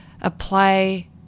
apply